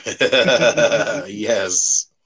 Yes